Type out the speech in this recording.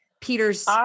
Peter's